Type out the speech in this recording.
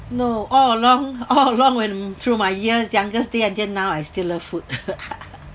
no all along all along when through my years youngest day until now I still love food